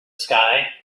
sky